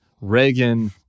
Reagan